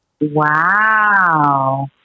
Wow